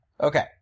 Okay